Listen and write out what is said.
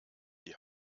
die